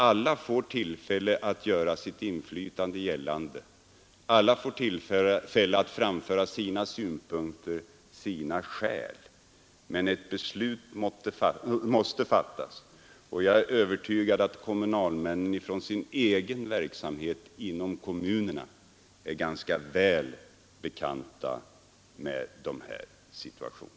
Alla får tillfälle att göra sitt inflytande gällande, alla får tillfälle att framföra sina synpunkter och sina skäl, men ett beslut måste ju fattas. Jag är övertygad om att kommunalmännen från sin egen verksamhet inom kommunerna är ganska väl bekanta med sådana situationer.